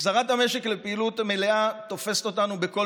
החזרת המשק לפעילות מלאה תופסת אותנו בכל